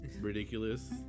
ridiculous